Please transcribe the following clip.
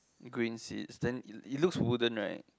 green seats then it it looks wooden right